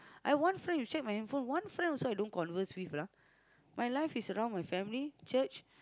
I one friend you check my handphone one friend also I don't converse with my life is around my family church